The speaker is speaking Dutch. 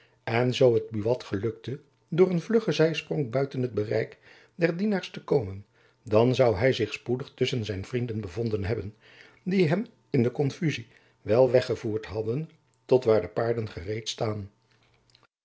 en zoo het buat gelukte door een vluggen zijsprong buiten het bereik der dienaars te komen dan zoû hy zich spoedig tusschen zijn vrienden bevonden hebben die hem in de konfuzie wel weggevoerd hadden tot waar de paarden gereed staan